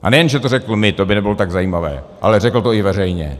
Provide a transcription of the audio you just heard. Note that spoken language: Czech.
A nejen že to řekl mně, to by nebylo tak zajímavé, ale řekl to i veřejně.